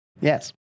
Yes